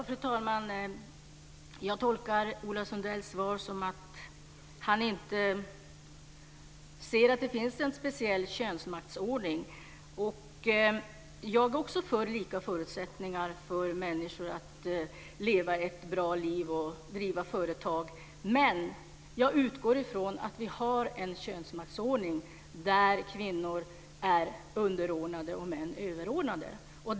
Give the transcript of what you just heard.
Fru talman! Jag tolkar Ola Sundells svar så att han inte ser att det finns en speciell könsmaktsordning. Jag är också för lika förutsättningar för människor att leva ett bra liv och driva företag, men jag utgår från att vi har en könsmaktsordning där kvinnor är underordnade och män är överordnade.